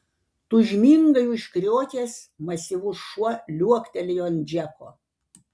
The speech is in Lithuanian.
tūžmingai užkriokęs masyvus šuo liuoktelėjo ant džeko